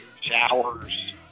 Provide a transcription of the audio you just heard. showers